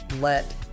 let